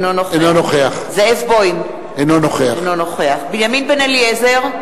אינו נוכח זאב בוים, אינו נוכח בנימין בן-אליעזר,